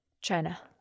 China